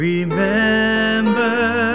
Remember